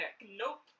Nope